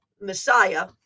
Messiah